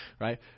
Right